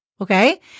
okay